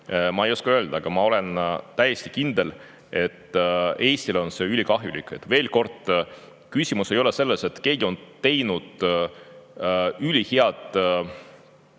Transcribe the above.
ma ei oska öelda, aga ma olen täiesti kindel, et Eestile on see ülikahjulik. Veel kord, küsimus ei ole selles, et keegi on teinud ülihea